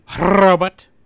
Robot